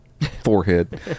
forehead